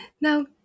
Now